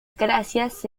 gracias